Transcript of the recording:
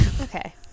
Okay